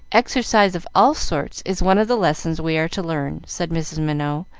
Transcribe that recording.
exercise of all sorts is one of the lessons we are to learn, said mrs. minot,